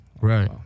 Right